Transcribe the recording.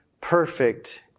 perfect